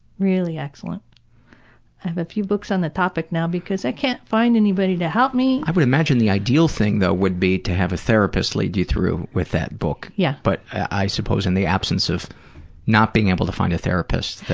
really excellent. i have a few books on the topic because i can't find anybody to help me. i would imagine the ideal thing though would be to have a therapist lead you through with that book. yeah. but i suppose in the absence of not being able to find a therapist,